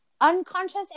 unconscious